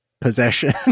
possession